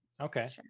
Okay